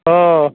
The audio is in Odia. ହଁ